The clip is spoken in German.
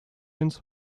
ins